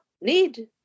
need